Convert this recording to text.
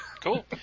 Cool